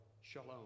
Shalom